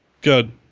Good